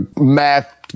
math